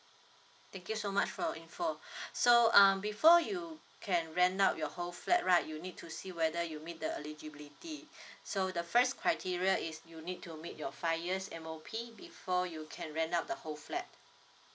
thank you so much for your info so uh before you can rent out your whole flat right you need to see whether you meet the eligibility so the first criteria is you need to meet your five years M_O_P before you can rent out the whole flat